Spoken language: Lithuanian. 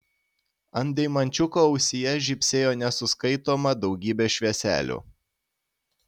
ant deimančiuko ausyje žybsėjo nesuskaitoma daugybė švieselių